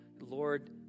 Lord